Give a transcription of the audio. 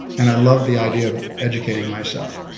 and i love the idea of educating myself.